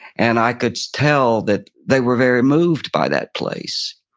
and i could tell that they were very moved by that place,